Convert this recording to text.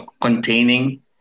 containing